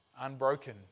unbroken